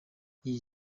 iyi